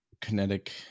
kinetic